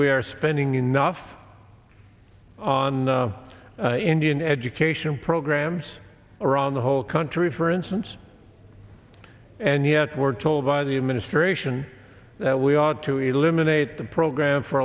we are spending enough on indian education programs around the whole country for instance and yet we're told by the administration that we ought to eliminate the program for